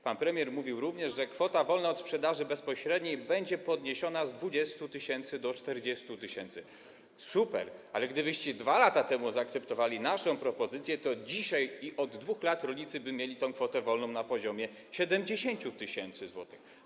Pan premier mówił również, że kwota wolna od sprzedaży bezpośredniej będzie podniesiona z 20 tys. do 40 tys. Super, ale gdybyście 2 lata temu zaakceptowali naszą propozycję, to dzisiaj, od 2 lat, rolnicy mieliby kwotę wolną na poziomie 70 tys. zł.